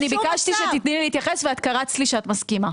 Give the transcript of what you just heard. אני ביקשתי שתיתני לי להתייחס ואת קרצת לי שאת מסכימה.